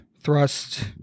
thrust